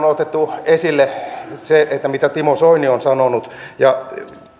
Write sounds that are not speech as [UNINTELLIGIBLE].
[UNINTELLIGIBLE] on otettu esille nyt se mitä timo soini on sanonut ja